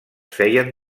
feien